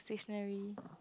stationary